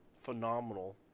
phenomenal